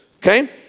okay